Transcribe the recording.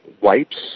wipes